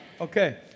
Okay